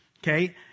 Okay